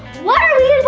what are we